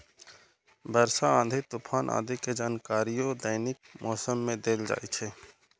वर्षा, आंधी, तूफान आदि के जानकारियो दैनिक मौसम मे देल जाइ छै